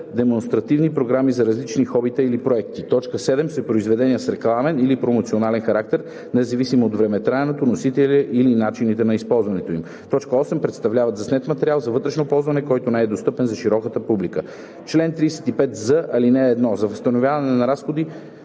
демонстративни програми за различни хобита или проекти; 7. са произведения с рекламен и/или промоционален характер, независимо от времетраенето, носителя или начините на използването им; 8. представляват заснет материал за вътрешно ползване, който не е достъпен за широката публика. Чл. 35з. (1) За възстановяване на разходи